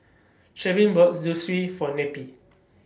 bought Zosui For Neppie